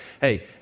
hey